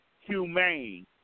humane